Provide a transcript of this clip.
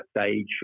stage